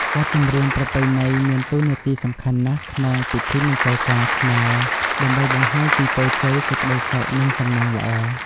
បទចម្រៀងប្រពៃណីមានតួនាទីសំខាន់ណាស់ក្នុងពិធីមង្គលការ ខ្មែរ ដើម្បីបង្ហាញពីពរជ័យ សេចក្ដីសុខ និងតំណាងល្អ។